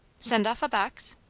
send off a box?